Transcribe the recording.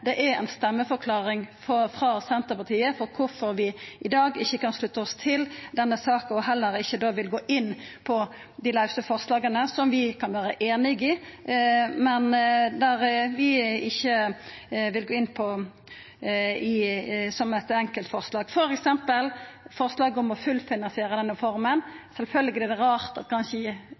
Det er ei stemmeforklaring frå Senterpartiet om kvifor vi i dag ikkje kan slutta oss til denne saka og heller ikkje vil gå inn på dei lause forslaga, som vi kan vera einige i, men som vi ikkje vil gå inn på som enkeltforslag, f.eks. når det gjeld forslaget om å fullfinansiera denne reforma. Sjølvsagt er det rart: